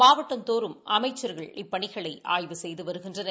மாவட்டந்தோறும் அமைச்சர்கள் இப்பணிகளை ஆய்வு செய்து வருகின்றனர்